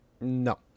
No